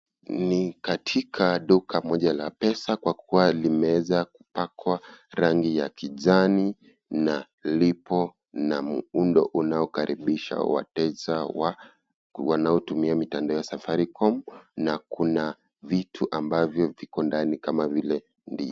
Ni katika duka moja la pesa kwa kuwa limeeza kupakwa rangi ya kijani na lipo na muundo unaokaribisha wateja wanaotumia mitandao ya Safaricom na kuna vitu ambavyo viko ndani kama vile...